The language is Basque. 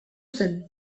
zen